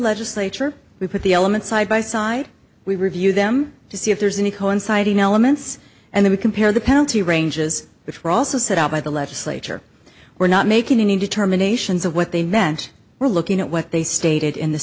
legislature we put the element side by side we review them to see if there's any coinciding elements and then we compare the penalty ranges which were also set out by the legislature we're not making any determinations of what they meant we're looking at what they stated in the